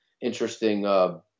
interesting